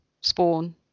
spawn